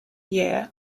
year